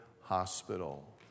Hospital